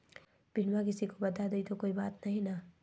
पिनमा किसी को बता देई तो कोइ बात नहि ना?